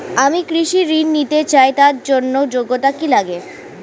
আমি কৃষি ঋণ নিতে চাই তার জন্য যোগ্যতা কি লাগে?